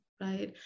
right